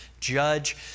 judge